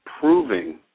proving